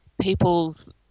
people's